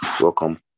Welcome